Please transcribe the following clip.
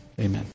amen